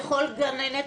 לכל גננת,